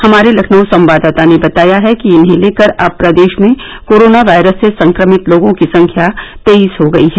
हमारे लखनऊ संवाददाता ने बताया है कि इन्हें लेकर अब प्रदेश में कोरोना वायरस से संक्रमित लोगों की संख्या तेईस हो गयी है